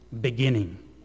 beginning